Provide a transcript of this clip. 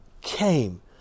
came